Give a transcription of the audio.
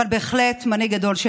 הוא פטריוט.